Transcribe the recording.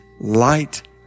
light